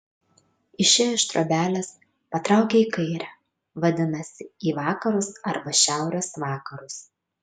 išėjo iš trobelės patraukė į kairę vadinasi į vakarus arba šiaurės vakarus